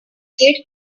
kid